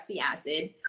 acid